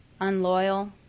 unloyal